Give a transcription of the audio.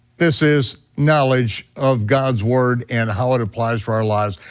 this is knowledge of god's word and how it applies for our lives.